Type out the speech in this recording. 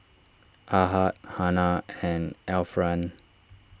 Ahad Hana and Alfian